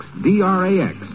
D-R-A-X